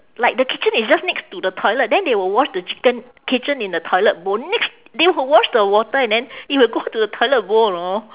like the kitchen is just next to the toilet then they will wash the chicken kitchen in the toilet bowl next they will wash the water and then it will go to the toilet bowl you know